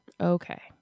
Okay